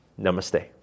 Namaste